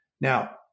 Now